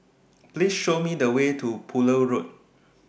Please Show Me The Way to Poole Road